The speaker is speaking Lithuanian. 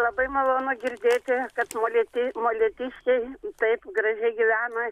labai malonu girdėti kad molėti molėtiškiai taip gražiai gyvena